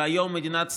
והיום מדינת ישראל,